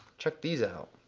check these out,